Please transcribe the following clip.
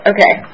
Okay